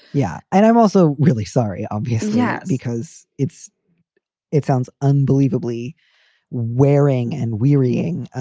yeah and i'm also really sorry, um yeah yeah because it's it sounds unbelievably wearing and wearying.